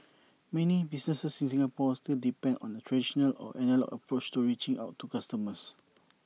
many businesses in Singapore still depend on A traditional or analogue approach to reaching out to customers